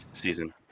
season